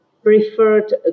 preferred